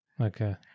Okay